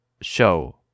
show